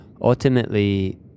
Ultimately